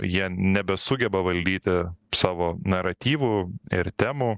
jie nebesugeba valdyti savo naratyvų ir temų